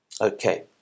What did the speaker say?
okay